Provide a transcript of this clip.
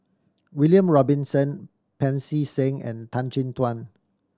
William Robinson Pancy Seng and Tan Chin Tuan